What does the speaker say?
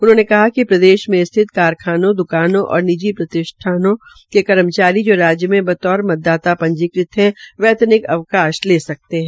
उन्होंने कहा कि प्रदेश के स्थित कारखानों द्वकानों और जिनी प्रतिष्ठानों के कर्मचारी जो राज्य में बतौर मतदाता पंजीकृत है वैतनिक अवकाश ले सकते है